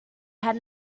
had